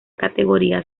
categoría